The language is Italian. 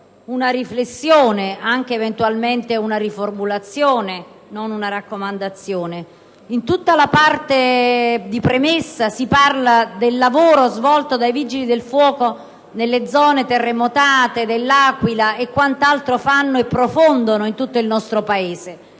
una riflessione, anche eventualmente una riformulazione, ma non una raccomandazione. In tutta la premessa si parla del lavoro svolto dal Corpo nazionale dei vigili del fuoco nelle zone terremotate dell'Aquila e di quant'altro essi fanno e profondono in tutto il nostro Paese: